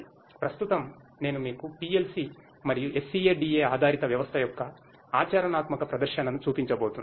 ప్రస్తుతం నేను మీకు PLC మరియు SCADA ఆధారిత వ్యవస్థ యొక్క ఆచరణాత్మక ప్రదర్శనను చూపించబోతున్నాను